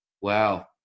wow